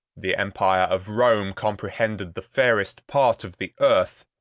the empire of rome comprehended the fairest part of the earth,